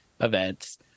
events